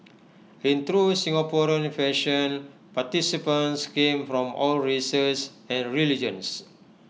in true Singaporean fashion participants came from all races and religions